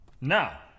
Now